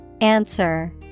Answer